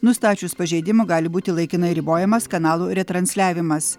nustačius pažeidimų gali būti laikinai ribojamas kanalų retransliavimas